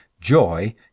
joy